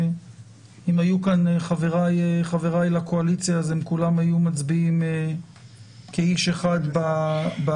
אם היו כאן חבריי לקואליציה אז הם כולם היו מצביעים כאיש אחד בעניין,